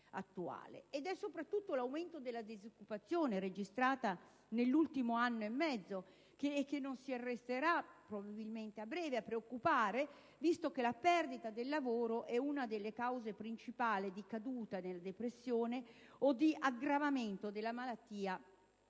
Ed è soprattutto l'aumento della disoccupazione registrato nell'ultimo anno e mezzo, che non si arresterà probabilmente a breve, a preoccupare, visto che la perdita del lavoro è una delle cause principali di caduta nella depressione o di aggravamento della malattia